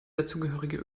dazugehörige